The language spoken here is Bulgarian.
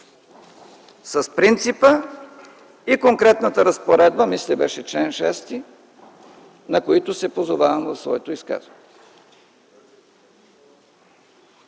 с принципа и конкретната разпоредба, мисля, беше чл. 6, на които се позовавам в своето изказване?